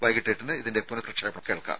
വൈകിട്ട് എട്ടിന് ഇതിന്റെ പുനഃപ്രക്ഷേപണം കേൾക്കാം